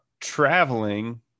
traveling